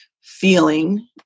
feeling